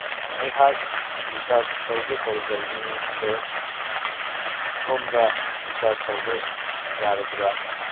ꯑꯩꯍꯥꯛ ꯔꯤꯆꯥꯔꯖ ꯇꯧꯒꯦ ꯇꯧꯖꯕꯅꯤ ꯑꯗꯣ ꯑꯁꯣꯝꯗ ꯔꯤꯆꯔꯥꯖ ꯇꯧꯕ ꯌꯥꯒꯗ꯭ꯔꯥ